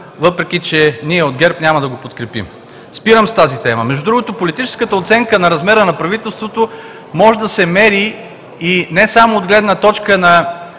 въпреки че ние от ГЕРБ няма да го подкрепим. Спирам с тази тема. Между другото, политическата оценка на размера на правителството може да се мери не само от гледна точка на